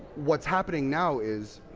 what's happening now is